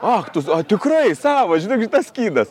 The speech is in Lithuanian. ak tu a tikrai savas žinokit tas skydas